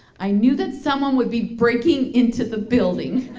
i knew that someone would be breaking into the building.